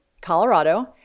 Colorado